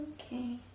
Okay